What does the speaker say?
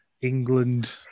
England